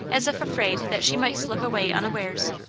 as if afraid that she might slip away unawares.